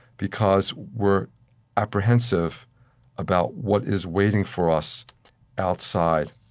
because we're apprehensive about what is waiting for us outside.